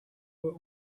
were